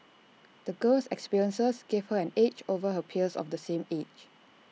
the girl's experiences gave her an edge over her peers of the same age